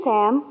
Sam